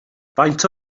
faint